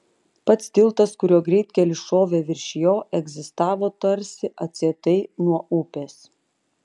pats tiltas kuriuo greitkelis šovė virš jo egzistavo tarsi atsietai nuo upės